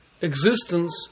existence